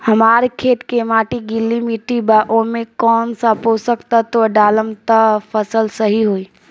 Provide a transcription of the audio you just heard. हमार खेत के माटी गीली मिट्टी बा ओमे कौन सा पोशक तत्व डालम त फसल सही होई?